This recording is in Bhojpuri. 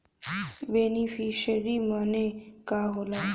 बेनिफिसरी मने का होला?